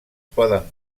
poden